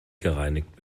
gereinigt